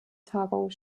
tagung